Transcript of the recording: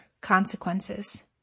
consequences